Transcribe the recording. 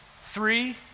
Three